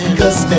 cause